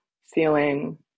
feeling